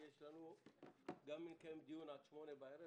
כי גם אם נקיים דיון עד 20:00 בערב,